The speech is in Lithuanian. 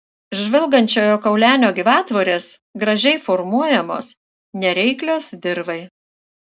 žvilgančiojo kaulenio gyvatvorės gražiai formuojamos nereiklios dirvai